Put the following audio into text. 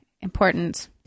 important